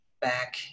back